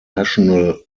national